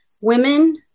women